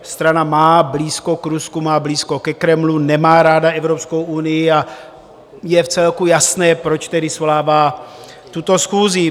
Strana má blízko k Rusku, má blízko ke Kremlu, nemá ráda Evropskou unii, a je vcelku jasné, proč tedy svolává tuto schůzi.